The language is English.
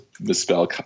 misspell